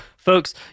Folks